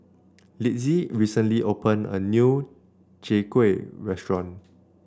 Litzy recently opened a new Chai Kueh restaurant